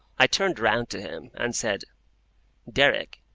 i turned round to him, and said derrick,